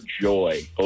joy